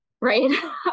Right